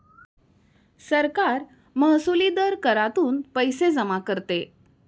सरकार महसुली दर करातून पैसे जमा करते